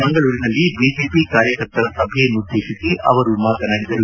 ಮಂಗಳೂರಿನಲ್ಲಿ ಬಿಜೆಪಿ ಕಾರ್ಯಕರ್ತರ ಸಭೆಯನ್ನುದ್ದೇಶಿಸಿ ಅವರು ಮಾತನಾಡಿದರು